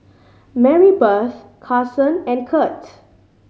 Marybeth Carsen and Curt